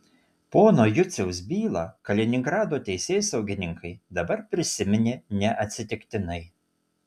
pono juciaus bylą kaliningrado teisėsaugininkai dabar prisiminė neatsitiktinai